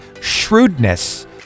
shrewdness